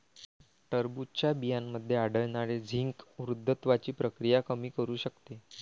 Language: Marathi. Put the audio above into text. टरबूजच्या बियांमध्ये आढळणारे झिंक वृद्धत्वाची प्रक्रिया कमी करू शकते